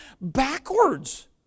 backwards